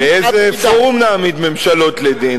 באיזה פורום נעמיד ממשלות לדין,